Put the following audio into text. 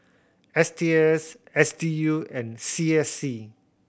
S T S S D U and C S C